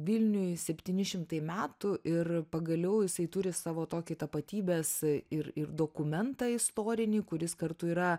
vilniui septyni šimtai metų ir pagaliau jisai turi savo tokį tapatybės ir ir dokumentą istorinį kuris kartu yra